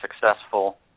successful